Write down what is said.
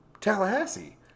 Tallahassee